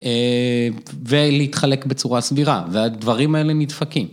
ולהתחלק בצורה סבירה, והדברים האלה נדפקים.